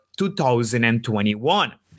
2021